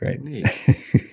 great